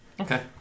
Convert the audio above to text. Okay